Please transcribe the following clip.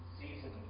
season